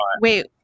Wait